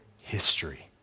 history